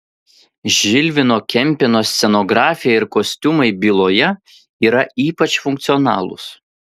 žilvino kempino scenografija ir kostiumai byloje yra ypač funkcionalūs